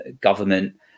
government